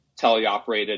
teleoperated